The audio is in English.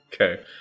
Okay